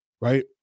right